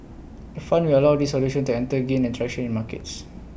the fund will allow these solutions to enter and gain traction in markets